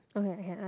okay I can ask